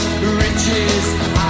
Riches